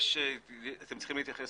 אתם צריכים להתייחס